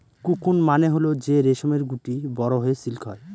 cocoon মানে হল যে রেশমের গুটি বড়ো হয়ে সিল্ক হয়